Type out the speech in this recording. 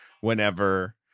whenever